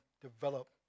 develop